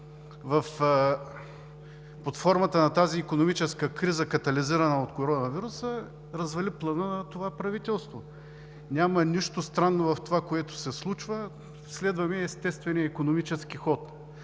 под формата на тази икономическа криза, катализирана от коронавируса, развали плана на това правителство. Няма нищо странно в това, което се случва – следваме естествения икономически ход.